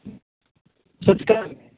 छोटकामे